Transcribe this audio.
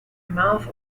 mouth